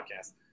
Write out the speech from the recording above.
podcast